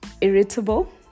irritable